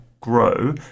grow